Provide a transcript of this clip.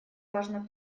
важно